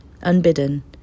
unbidden